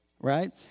right